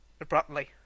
abruptly